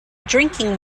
drinking